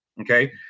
okay